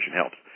helps